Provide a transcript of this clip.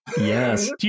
Yes